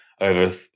over